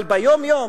אבל ביום-יום